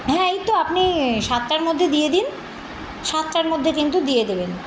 হ্যাঁ এই তো আপনি সাতটার মধ্যে দিয়ে দিন সাতটার মধ্যে কিন্তু দিয়ে দেবেন